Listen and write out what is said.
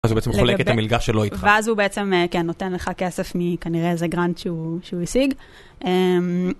אז הוא בעצם חולק את המלגה שלו איתך. ואז הוא בעצם נותן לך כסף מכנראה איזה גרנט שהוא השיג.